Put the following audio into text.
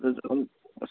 اَدٕ حظ اَس